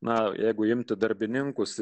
na jeigu imtų darbininkus